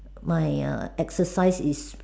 my err exercise is